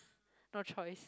no choice